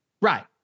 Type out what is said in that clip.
right